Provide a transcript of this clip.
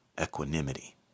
equanimity